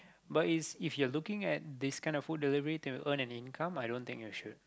but is if you're looking at this kind of food delivery to earn an income i don't think you should